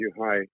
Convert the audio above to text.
Hi